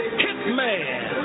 hitman